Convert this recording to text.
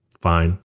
fine